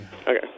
Okay